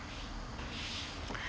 <S